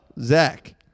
Zach